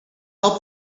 help